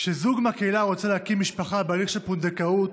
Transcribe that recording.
כשזוג מהקהילה רוצה להקים משפחה בהליך של פונדקאות,